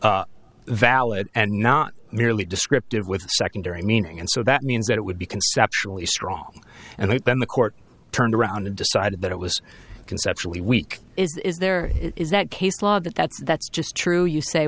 was valid and not merely descriptive with a secondary meaning and so that means that it would be conceptually strong and then the court turned around and decided that it was conceptually weak is there is that case law that that's that's just true you say